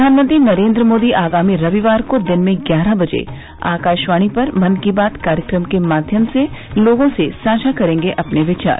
प्रधानमंत्री नरेन्द्र मोदी आगामी रविवार को दिन में ग्यारह बजे आकाशवाणी पर मन की बात कार्यक्रम के माध्यम से लोगों से साझा करेंगे अपने विचार